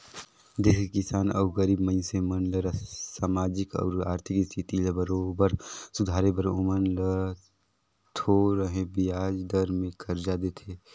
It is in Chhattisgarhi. देस के किसान अउ गरीब मइनसे मन ल सामाजिक अउ आरथिक इस्थिति ल बरोबर सुधारे बर ओमन ल थो रहें बियाज दर में करजा देथे